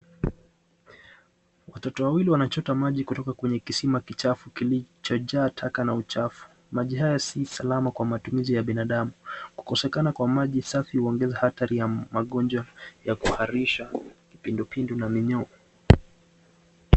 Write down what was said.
Watoto wawili wanachota maji kutoka kwenye kisima kichafu kilichojaa taka na uchafu. Maji haya si salama kwa matumizi ya binadamu. Kukosekana kwa maji safi uongeza hatari ya magonjwa, ya kuharisha, kipindupindu na minyoo.